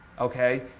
okay